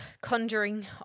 Conjuring